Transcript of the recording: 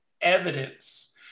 evidence